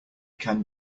can